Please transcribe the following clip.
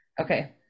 Okay